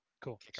Cool